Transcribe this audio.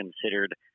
considered